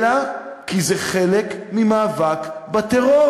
אלא כי זה חלק ממאבק בטרור.